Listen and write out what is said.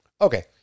Okay